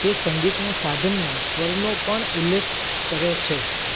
તે સંગીતનાં સાધનના સ્વરનો પણ ઉલ્લેખ કરે છે